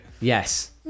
Yes